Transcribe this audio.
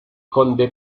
conde